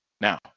Now